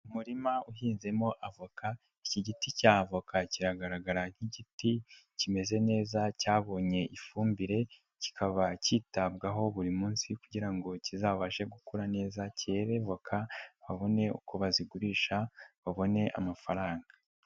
Umurima uhinzemo avoka iki giti cya avoka kiragaragara nk'igiti kimeze neza cyabonye ifumbire, kikaba kitabwaho buri munsi kugira ngo kizabashe gukura neza, kere voka babone uko bazigurisha babone amafaranga.